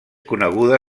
coneguda